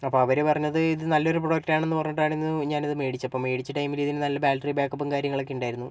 അപ്പോൾ അവർ പറഞ്ഞത് ഇത് നല്ലൊരു പ്രൊഡക്റ്റാണ് എന്ന് പറഞ്ഞിട്ടാണ് ഞാനിത് മേടിച്ചപ്പോൾ മേടിച്ച ടൈമിൽ ഇതിന് നല്ല ബാറ്ററി ബാക്കപ്പും കാര്യങ്ങളൊക്കെ ഉണ്ടായിരുന്നു